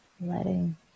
letting